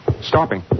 Stopping